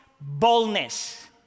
boldness